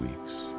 weeks